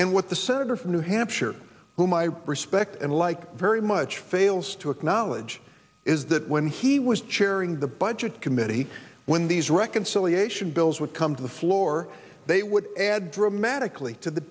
and what the senator from new hampshire whom i respect and like very much fails to acknowledge is that when he was chairing the budget committee when these reconciliation bills would come to the floor they would add dramatically to the